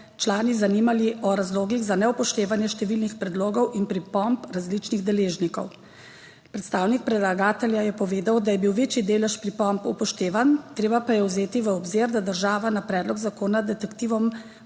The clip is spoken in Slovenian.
člani zanimali o razlogih za neupoštevanje številnih predlogov in pripomb različnih deležnikov. Predstavnik predlagatelja je povedal, da je bil večji delež pripomb upoštevan, treba pa je vzeti v obzir, da država na predlog zakona detektivom